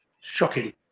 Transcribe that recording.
shocking